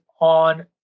on